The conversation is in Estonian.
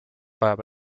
vajab